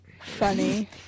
Funny